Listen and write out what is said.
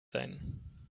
sein